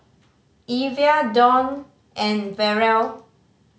Evia Dionne and Ferrell